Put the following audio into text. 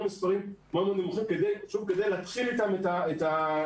על מספרים מאוד-מאוד נמוכים כדי להתחיל אתם את העסק,